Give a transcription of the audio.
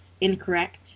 incorrect